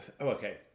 Okay